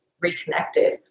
reconnected